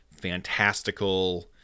fantastical